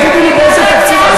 תגידי לי באיזה תקציב עשו את זה.